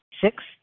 Six